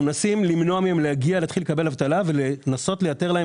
אנחנו מנסים למנוע מהם להגיע ולהתחיל לקבל אבטלה ולנסות לאתר להם